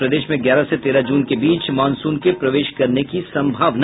और प्रदेश में ग्यारह से तेरह जून के बीच मॉनसून के प्रवेश करने की संभावना